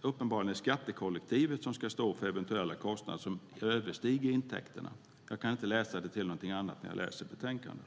uppenbarligen menar att det är skattekollektivet som ska stå för eventuella kostnader som överstiger intäkterna. Jag kan inte läsa det som något annat i betänkandet.